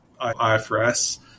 IFRS